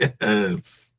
Yes